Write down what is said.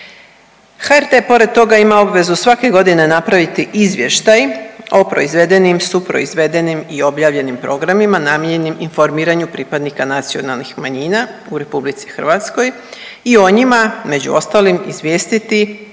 HRT pored toga, ima obvezu svake godine napraviti izvještaj o proizvedenih i suproizvedenim i objavljenim programima namijenjenim informiranju pripadnika nacionalnih manjina u RH i o njima, među ostalim, izvijestiti i sve to